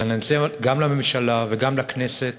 אז אני מציע גם לממשלה וגם לכנסת